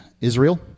Israel